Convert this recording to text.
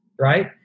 right